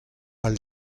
all